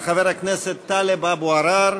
חוק ומשפט להכנתה לקריאה ראשונה.